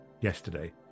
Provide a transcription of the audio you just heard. yesterday